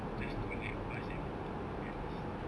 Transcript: just to like pass everything at least you know